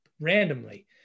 randomly